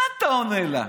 מה אתה עונה לה?